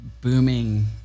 booming